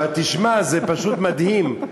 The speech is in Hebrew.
אבל תשמע, זה פשוט מדהים.